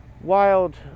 wild